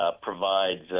provides